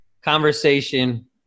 conversation